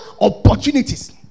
opportunities